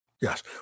yes